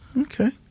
Okay